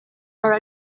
are